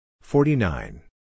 forty-nine